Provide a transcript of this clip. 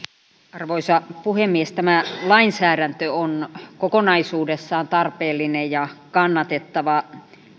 arvoisa puhemies tämä lainsäädäntö on kokonaisuudessaan tarpeellinen ja kannatettava